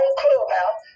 clubhouse